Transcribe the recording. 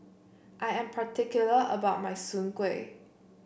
I am particular about my Soon Kuih